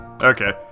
Okay